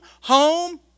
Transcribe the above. home